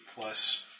plus